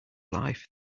life